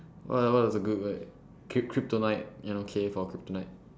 what ah what is a good word k~ kryptonite you know K for kryptonite